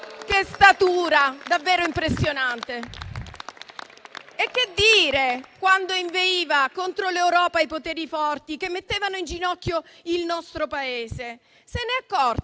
Che statura, davvero impressionante. Che dire quando inveiva contro l'Europa e i poteri forti che mettevano in ginocchio il nostro Paese? Si è accorta,